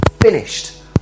finished